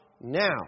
Now